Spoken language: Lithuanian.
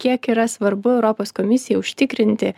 kiek yra svarbu europos komisijai užtikrinti